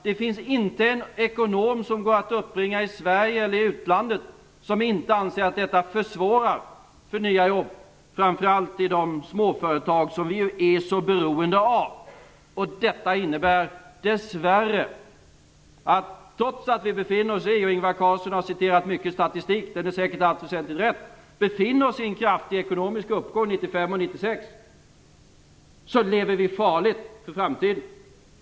Det finns inte en ekonom som går att uppbringa i Sverige eller i utlandet som inte anser att detta försvårar möjligheten till nya jobb, framför allt i de småföretag som Sverige är så beroende av. Detta innebär dess värre att vi, trots att vi befinner oss i en kraftig ekonomisk uppgång 1995 och 1996 - Ingvar Carlsson har citerat mycken statistik, som i allt väsentligt säkert är rätt - lever farligt med tanke på framtiden.